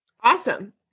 Awesome